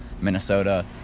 Minnesota